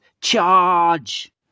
CHARGE